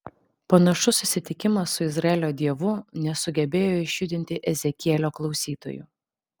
panašus susitikimas su izraelio dievu nesugebėjo išjudinti ezekielio klausytojų